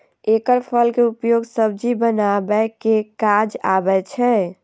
एकर फल के उपयोग सब्जी बनबै के काज आबै छै